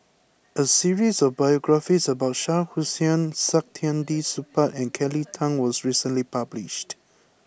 a series of biographies about Shah Hussain Saktiandi Supaat and Kelly Tang was recently published